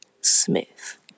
Smith